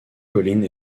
collines